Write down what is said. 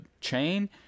chain